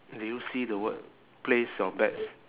do you see the word place your bets